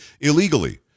illegally